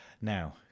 now